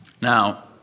Now